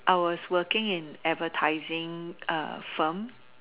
I was working in advertising firm